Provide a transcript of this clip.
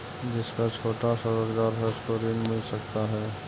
जिसका छोटा सा रोजगार है उसको ऋण मिल सकता है?